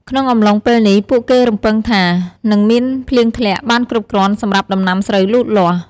ក្នុងអំឡុងពេលនេះ ពួកគេរំពឹងថា នឹងមានភ្លៀងធ្លាក់បានគ្រប់គ្រាន់សម្រាប់ដំណាំស្រូវលូតលាស់។